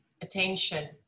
attention